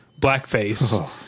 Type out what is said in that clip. blackface